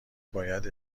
باید